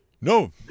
No